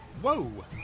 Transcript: Whoa